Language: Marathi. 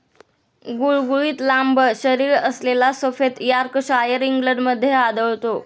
गुळगुळीत लांब शरीरअसलेला सफेद यॉर्कशायर इंग्लंडमध्ये आढळतो